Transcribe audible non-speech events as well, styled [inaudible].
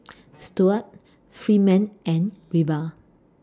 [noise] Stuart Freeman and Reba